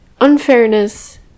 unfairness